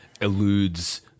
eludes